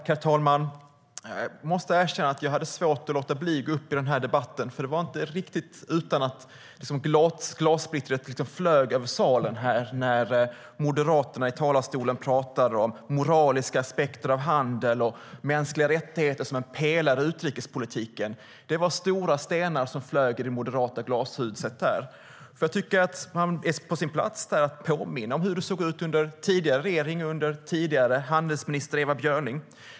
Herr talman! Jag måste erkänna att jag hade svårt att låta bli att gå upp i den här debatten. Det var inte utan att glassplittret flög över salen när Moderaterna i talarstolen pratade om moraliska aspekter av handel och mänskliga rättigheter som en pelare i utrikespolitiken. Det var stora stenar som flög i det moderata glashuset. Jag tycker att det är på sin plats att påminna om hur det såg ut under tidigare regering och tidigare handelsminister Ewa Björling.